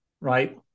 right